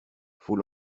faut